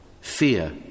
Fear